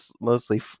mostly